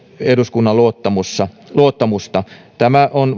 eduskunnan luottamusta tämä on